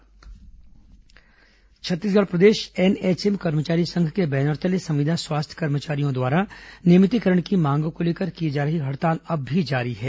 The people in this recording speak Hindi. संविदा स्वास्थ्यकर्मी हड़ताल छत्तीसगढ़ प्रदेश एनएचएम कर्मचारी संघ के बैनर तले संविदा स्वास्थ्य कर्मचारियों द्वारा नियमितीकरण की मांग को लेकर की जा रही हड़ताल अब भी जारी है